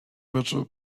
virtual